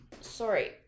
sorry